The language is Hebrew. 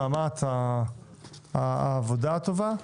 על המאמץ ועל העבודה הטובה.